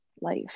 life